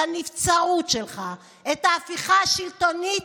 את הנבצרות שלך, את ההפיכה השלטונית,